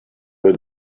the